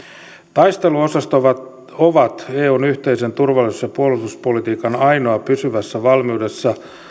taisteluosastot ovat eun yhteisen turvallisuus ja puolustuspolitiikan ainoa pysyvässä valmiudessa